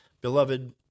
Beloved